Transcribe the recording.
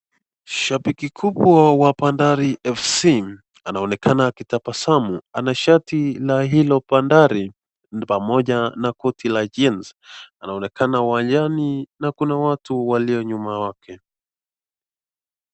Shabiki kubwa wa bandari fc anaonekana akitabasamu, ana shati la hilo bandari na pamoja na koti wa jeans, anaonekana uwanjani na kuna watu walio nyuma wake.